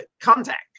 contact